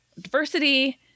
diversity